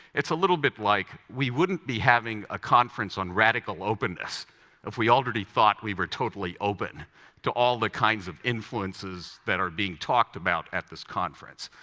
it's a little bit like, we wouldn't be having a conference on radical openness if we already thought we were totally open to all the kinds of influences that are being talked about at this conference.